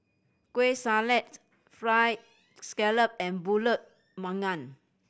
Kueh Salat Fried Scallop and Pulut Panggang